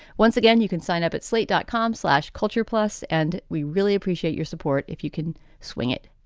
once again, you can sign up at slate dotcom slash culture plus and we really appreciate your support if you can swing it.